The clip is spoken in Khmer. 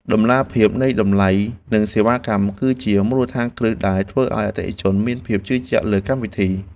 តម្លាភាពនៃតម្លៃនិងសេវាកម្ម គឺជាមូលដ្ឋានគ្រឹះដែលធ្វើឱ្យអតិថិជនមានភាពជឿជាក់លើកម្មវិធី។